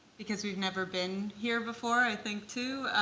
because we've never been here before. i think, too,